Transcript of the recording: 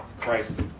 Christ